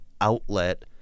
outlet